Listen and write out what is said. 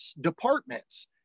departments